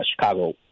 Chicago